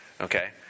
Okay